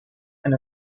and